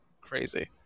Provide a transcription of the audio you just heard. crazy